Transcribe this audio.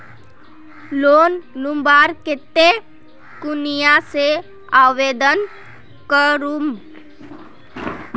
Loan लुबार केते कुनियाँ से आवेदन करूम?